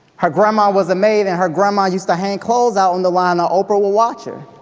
her grandma was a maid, and her grandma used to hang clothes out on the line, and oprah would watch her,